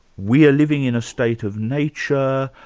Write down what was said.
we are living in a state of nature,